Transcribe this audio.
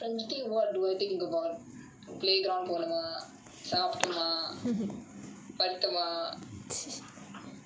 primary three what do I think about playground போனோம்னா சாப்பிட்டோம்னா படுத்தோம்னா:ponomnaa saaptomaa paduthomaa